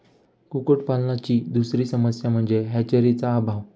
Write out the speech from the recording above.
कुक्कुटपालनाची दुसरी समस्या म्हणजे हॅचरीचा अभाव